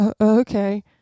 okay